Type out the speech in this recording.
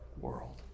world